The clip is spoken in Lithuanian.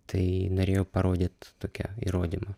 tai norėjau parodyt tokią įrodymą